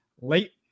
late